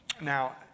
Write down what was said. Now